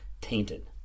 tainted